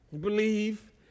believe